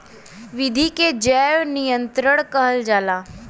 विधि के जैव नियंत्रण कहल जाला